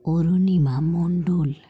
পূর্ণিমা মণ্ডল